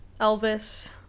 Elvis